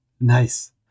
nice